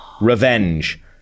Revenge